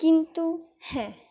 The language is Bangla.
কিন্তু হ্যাঁ